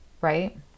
right